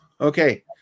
Okay